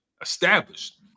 established